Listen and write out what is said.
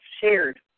shared